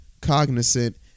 cognizant